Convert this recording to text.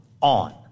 on